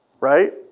Right